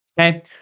okay